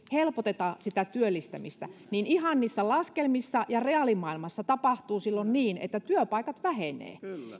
helpoteta sitä työllistämistä niin ihan niissä laskelmissa ja reaalimaailmassa tapahtuu silloin niin että työpaikat vähenevät